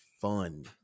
fun